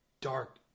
dark